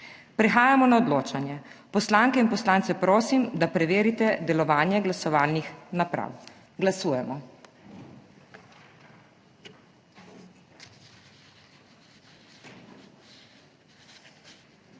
Prehajamo na odločanje. Poslanke in poslance prosim, da preverite delovanje glasovalnih naprav. Glasujemo.